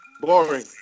Boring